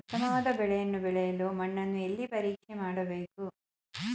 ಉತ್ತಮವಾದ ಬೆಳೆಯನ್ನು ಬೆಳೆಯಲು ಮಣ್ಣನ್ನು ಎಲ್ಲಿ ಪರೀಕ್ಷೆ ಮಾಡಬೇಕು?